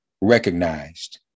recognized